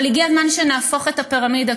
הגיע הזמן שנהפוך את הפירמידה,